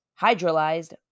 hydrolyzed